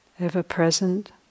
ever-present